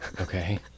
okay